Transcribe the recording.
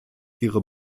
ihre